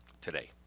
today